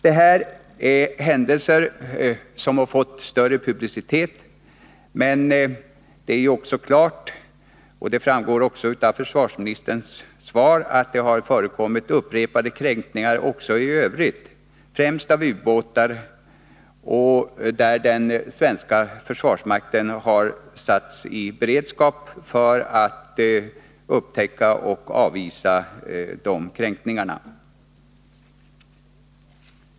Detta är händelser som har fått större publicitet, men det är klart — och det framgår även av försvarsministerns svar — att det också i övrigt har förekommit upprepade kränkningar, främst genom ubåtar, där den svenska försvarsmakten har satts i beredskap för att upptäcka och avvisa inkräktarna.